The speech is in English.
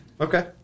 Okay